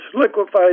liquefied